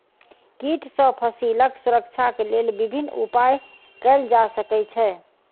कीट सॅ फसीलक सुरक्षाक लेल विभिन्न उपाय कयल जा सकै छै